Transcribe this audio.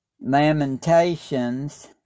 Lamentations